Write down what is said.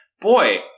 boy